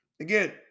again